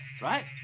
right